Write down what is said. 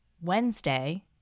Wednesday